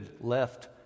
left